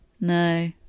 No